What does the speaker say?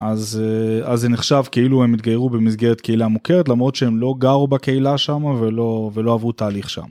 אז זה נחשב כאילו הם התגיירו במסגרת קהילה מוכרת למרות שהם לא גרו בקהילה שם ולא ולא עברו תהליך שם.